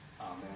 Amen